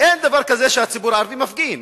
אין דבר כזה שהציבור הערבי מפגין.